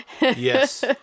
Yes